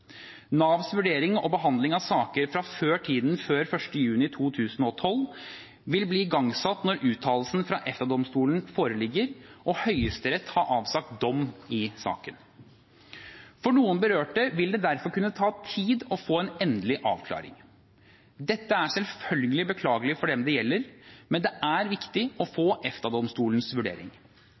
Navs vurdering og behandling av saker fra tiden før 1. juni 2012 vil bli igangsatt når uttalelsen fra EFTA-domstolen foreligger og Høyesterett har avsagt dom i saken. For noen berørte vil det derfor kunne ta tid å få en endelig avklaring. Dette er selvfølgelig beklagelig for dem det gjelder, men det er viktig å få EFTA-domstolens vurdering.